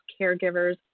caregivers